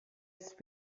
ist